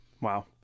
Wow